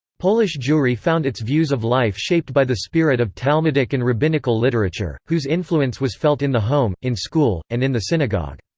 polish jewry found its views of life shaped by the spirit of talmudic and rabbinical literature, whose influence was felt in the home, in school, and in the synagogue.